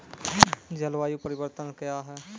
जलवायु परिवर्तन कया हैं?